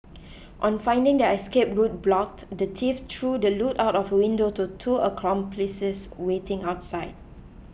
on finding their escape route blocked the thieves threw the loot out of a window to two accomplices waiting outside